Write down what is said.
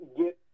get